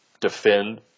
defend